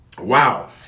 Wow